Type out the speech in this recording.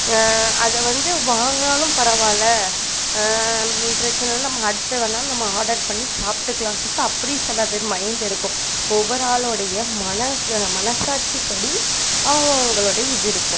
அதை வந்து வாங்கினாலும் பரவாயில்லை பிரச்சனை இல்லை நம்ம அடுத்த வேணாலும் நம்ம ஆடர் பண்ணி சாப்பிட்டுக்கலான்னு சொல்லிட்டு அப்படி சில பேர் மைண்டு இருக்கும் ஒவ்வொரு ஆளோடைய மனசை மனசாட்சிப்படி அவங்க அவங்களுடைய இது இருக்கும்